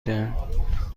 دهند